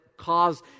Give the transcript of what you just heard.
cause